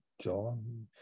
john